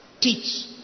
teach